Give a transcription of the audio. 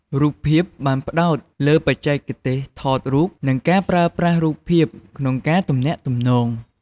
រូបភាព បានផ្ដោតលើបច្ចេកទេសថតរូប និងការប្រើប្រាស់រូបភាពក្នុងការទំនាក់ទំនង។